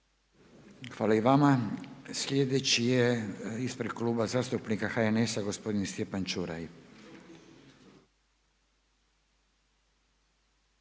Hvala i vama. Sljedeći je ispred Kluba zastupnika HNS-a, gospodin Stjepan Čuraj.